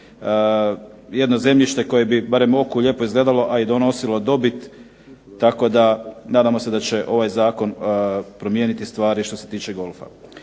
jedno zemljište barem oku lijepo izgledalo a i donosilo dobit. Tako da nadamo se da će ovaj zakon promijeniti stvari što se tiče golfa.